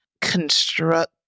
construct